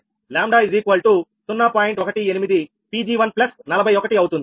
18 𝑃𝑔1 41 అవుతుంది